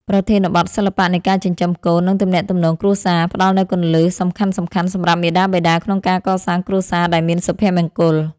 ប្រធានបទ សិល្បៈនៃការចិញ្ចឹមកូន និងទំនាក់ទំនងគ្រួសារ ផ្ដល់នូវគន្លឹះសំខាន់ៗសម្រាប់មាតាបិតាក្នុងការកសាងគ្រួសារដែលមានសុភមង្គល។